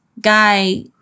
guy